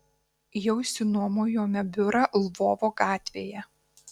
jau išsinuomojome biurą lvovo gatvėje